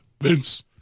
Vince